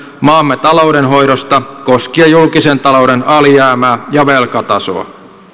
maamme taloudenhoidosta koskien julkisen talouden alijäämää ja velkatasoa